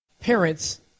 parents